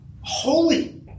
holy